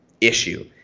issue